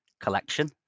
collection